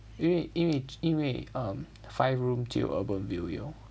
因为因为因为 um five room 只有 UrbanVille 有